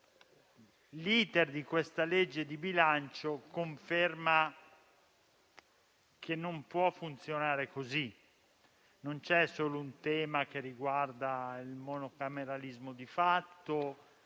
l'*iter* di questa legge di bilancio conferma che non può funzionare in questo modo. Non c'è solo un tema che riguarda il monocameralismo di fatto;